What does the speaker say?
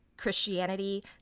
Christianity